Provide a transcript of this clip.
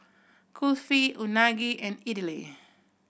Kulfi Unagi and Idili